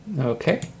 Okay